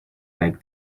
like